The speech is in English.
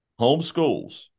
homeschools